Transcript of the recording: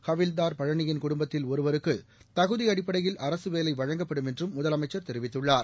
ஹவில்தார் பழனியின் குடும்பத்தில் ஒருவருக்கு தகுதி அடிப்படையில் அரசு வேலை வழங்கப்படும் என்றும் முதலமைச்சர் தெரிவித்துள்ளார்